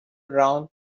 round